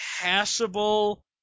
passable